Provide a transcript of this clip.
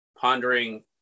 pondering